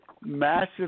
Massive